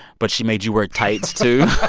but she made you wear tights, too